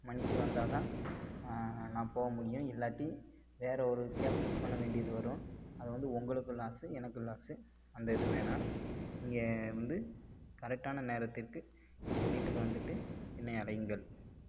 மணிக்கு வந்தால் தான் நான் போக முடியும் இல்லாட்டி வேறு ஒரு கேப் புக் பண்ண வேண்டியது வரும் அதை வந்து உங்களுக்கும் லாஸு எனக்கும் லாஸு அந்த இது வேணாம் நீங்கள் வந்து கரெக்டான நேரத்திற்கு எங்கள் வீட்டுக்கு வந்துவிட்டு என்னை அழைங்கள்